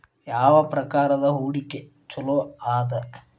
ಯಾವ ಪ್ರಕಾರದ ಹೂಡಿಕೆ ಚೊಲೋ ಅದ